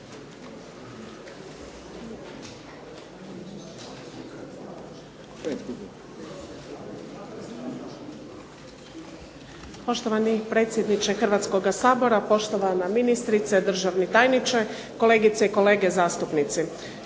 Poštovani predsjedniče Hrvatskoga sabora, poštovana ministrice, državni tajniče, kolegice i kolege zastupnici.